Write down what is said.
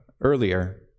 earlier